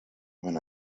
when